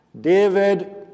David